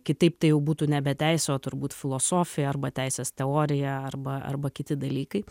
kitaip tai jau būtų nebe teisė o turbūt filosofija arba teisės teorija arba arba kiti dalykai